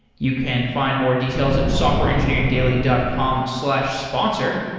you can find more details at softwareengineeringdaily dot com slash sponsor,